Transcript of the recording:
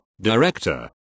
Director